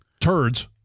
turds